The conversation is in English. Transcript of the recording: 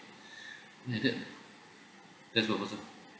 that's good that's good